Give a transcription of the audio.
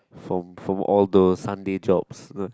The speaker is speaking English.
from from all those Sunday jobs uh